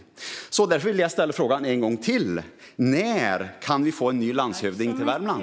Jag vill därför ställa frågan en gång till: När kan vi få en ny landshövding till Värmland?